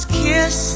kiss